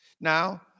Now